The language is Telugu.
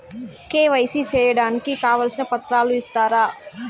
కె.వై.సి సేయడానికి కావాల్సిన పత్రాలు ఇస్తారా?